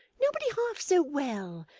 nobody half so well.